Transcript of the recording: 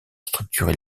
structurer